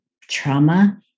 trauma